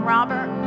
Robert